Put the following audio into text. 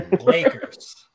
Lakers